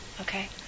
Okay